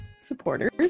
supporters